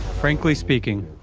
frankly speaking,